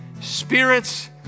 spirits